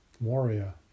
warrior